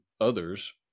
others